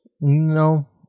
No